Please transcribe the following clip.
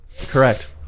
correct